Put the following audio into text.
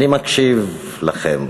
אני מקשיב לכם,